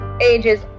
ages